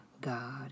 God